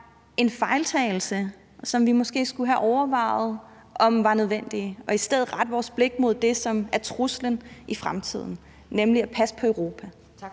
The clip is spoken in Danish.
en fejltagelse; vi skulle måske have overvejet, om de var nødvendige. Skal vi i stedet rette vores blik mod det, som er truslen i fremtiden, og nemlig passe på Europa?